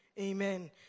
amen